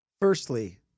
Firstly